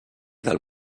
del